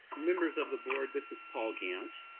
members of the board, this is paul gant.